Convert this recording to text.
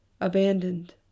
abandoned